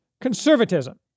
conservatism